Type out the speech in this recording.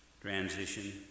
transition